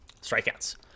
strikeouts